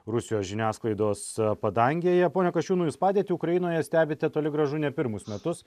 rusijos žiniasklaidos padangėje pone kasčiūnai jūs padėtį ukrainoje stebite toli gražu ne pirmus metus